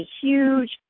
huge